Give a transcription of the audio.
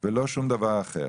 ולא שום דבר אחר.